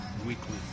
weekly